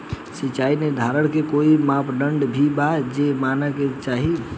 सिचाई निर्धारण के कोई मापदंड भी बा जे माने के चाही?